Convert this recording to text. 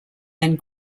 and